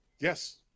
Yes